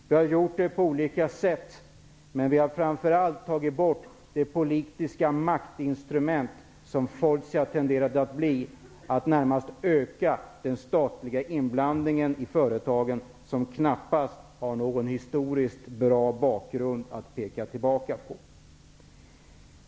Vi har gjort det på olika sätt, men vi har framför allt tagit bort de politiska maktinstrument som Fortia tenderade att bli, att närmast öka den statliga inblandningen i företagen, som knappast har någon historiskt bra bakgrund att falla tillbaka på.